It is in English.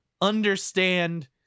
understand